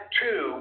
two